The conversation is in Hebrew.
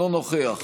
אינו נוכח